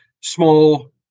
small